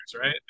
right